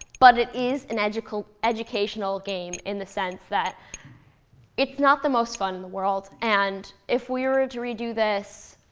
but it is an educational educational game in the sense that it's not the most fun in the world. and if we were to redo this,